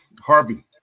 Harvey